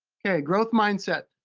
okay, growth mindset,